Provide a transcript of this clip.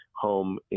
home